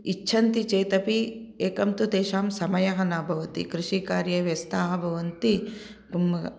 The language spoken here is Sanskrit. इच्छान्ति चेतपि एकं तु तेषां समयः न भवति कृषिकार्ये व्यस्ताः भवन्ति